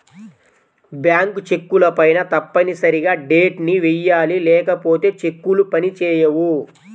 bank చెక్కులపైన తప్పనిసరిగా date ని వెయ్యాలి లేకపోతే చెక్కులు పని చేయవు